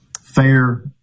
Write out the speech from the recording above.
fair